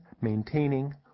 maintaining